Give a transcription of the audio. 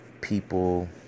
people